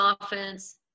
offense